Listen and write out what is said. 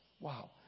Wow